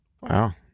Wow